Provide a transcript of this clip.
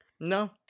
No